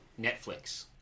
Netflix